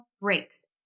breaks